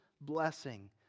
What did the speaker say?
blessing